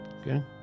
Okay